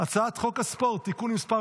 הצעת חוק הספורט (תיקון מס'